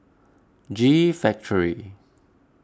G Factory